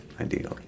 ideally